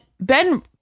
Ben